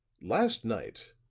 last night,